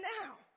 now